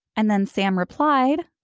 and then sam replied!